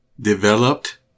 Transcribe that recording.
developed